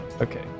Okay